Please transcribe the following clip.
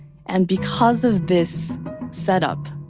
and because of this set up,